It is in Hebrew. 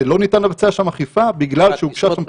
שלא ניתן לבצע שם אכיפה בגלל שהוגשה שם תוכנית.